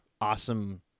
awesome